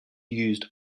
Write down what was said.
used